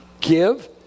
Give